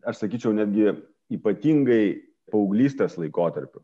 aš sakyčiau netgi ypatingai paauglystės laikotarpiu